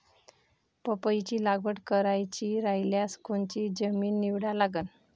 पपईची लागवड करायची रायल्यास कोनची जमीन निवडा लागन?